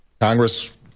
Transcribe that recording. Congress